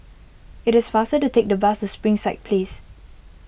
it is faster to take the bus to Springside Place